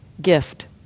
gift